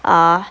uh